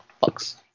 bucks